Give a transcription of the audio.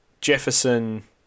Jefferson